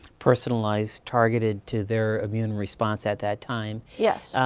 personalized, targeted to their immune response at that time. yes.